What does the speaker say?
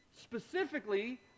Specifically